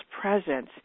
presence